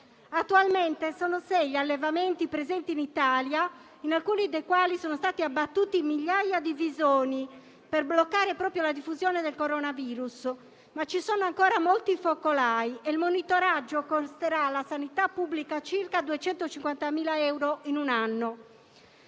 Attualmente sono sei gli allevamenti presenti in Italia, in alcuni dei quali sono stati abbattuti migliaia di visoni per bloccare proprio la diffusione del coronavirus, ma ci sono ancora molti focolai e il monitoraggio costerà alla sanità pubblica circa 250.000 euro in un anno.